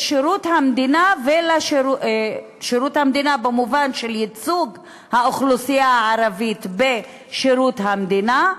לשירות המדינה במובן של ייצוג האוכלוסייה הערבית בשירות המדינה,